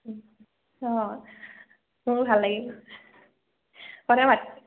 অঁ মোৰো ভাল লাগিল সদায় মাততো